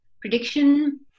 Prediction